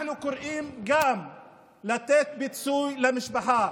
אנחנו קוראים גם לתת פיצוי למשפחה,